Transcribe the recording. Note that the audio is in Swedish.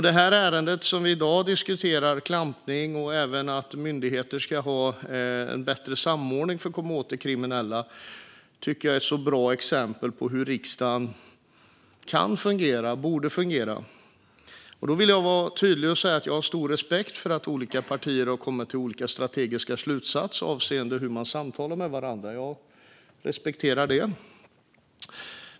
Det ärende som diskuteras i dag - klampning och att myndigheter ska ha bättre samordning för att komma åt de kriminella - tycker jag är ett bra exempel på hur riksdagen kan och borde fungera. Jag vill vara tydlig och säga att jag har stor respekt för att olika partier har kommit till olika strategiska slutsatser avseende hur de samtalar med varandra; jag respekterar det.